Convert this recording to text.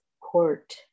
court